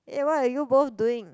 eh what are you both doing